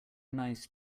nice